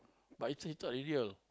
but he tho~ he thought is real